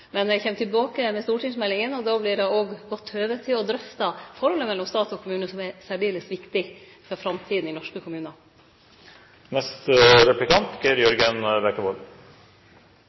Eg kjem tilbake med stortingsmeldinga, og då vert det godt høve til å drøfte forholdet mellom stat og kommune, som er særdeles viktig for framtida i norske